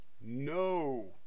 no